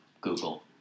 Google